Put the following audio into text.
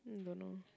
hmm don't know